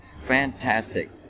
Fantastic